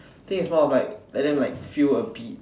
I think is one of like like them like feel a bit